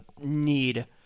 need